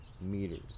meters